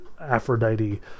Aphrodite